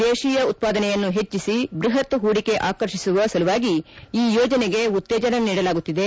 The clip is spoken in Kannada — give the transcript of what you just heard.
ದೇಶೀಯ ಉತ್ಪಾದನೆಯನ್ನು ಹೆಚ್ಚಿಸಿ ಬೃಹತ್ ಹೂಡಿಕೆ ಆಕರ್ಷಿಸುವ ಸಲುವಾಗಿ ಈ ಯೋಜನೆಗೆ ಉತ್ತೇಜನ ೀಡಲಾಗುತ್ತಿದೆ